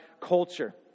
culture